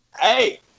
Hey